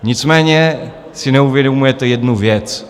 Nicméně si neuvědomujete jednu věc.